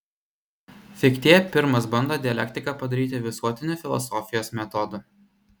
fichtė pirmas bando dialektiką padaryti visuotiniu filosofijos metodu